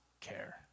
care